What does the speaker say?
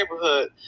neighborhood